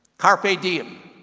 carpe diem,